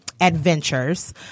adventures